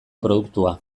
produktua